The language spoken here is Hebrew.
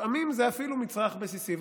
לפעמים היא אפילו מצרך בסיסי.